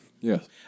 Yes